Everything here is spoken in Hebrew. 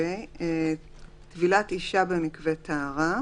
טבילת אישה במקווה טהרה,